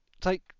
take